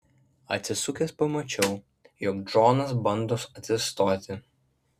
atsisukęs pamačiau jog džonas bando atsistoti